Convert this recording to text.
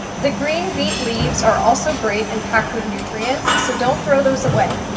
the green beet leaves are also great and packed with nutrients, so don't throw those away.